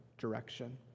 direction